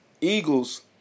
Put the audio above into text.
Eagles